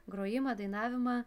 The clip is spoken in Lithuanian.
grojimą dainavimą